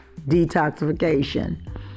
detoxification